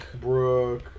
brooke